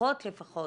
לפחות לפחות